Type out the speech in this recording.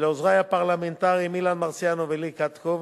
ולעוזרי הפרלמנטריים אילן מרסיאנו ולי קטקוב,